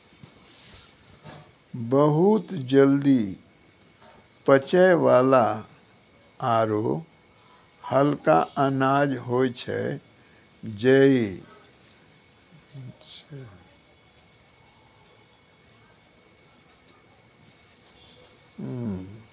बहुत जल्दी पचै वाला आरो हल्का अनाज होय छै जई